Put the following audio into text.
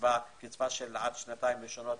קצבה קצבה של עד שנתיים ראשונות,